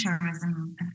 tourism